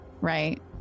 Right